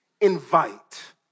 invite